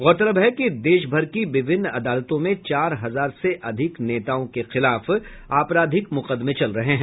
गौरतलब है कि देश भर की विभिन्न अदालतों में चार हजार हजार से अधिक नेताओं के खिलाफ आपराधिक मुकदमें चल रहे हैं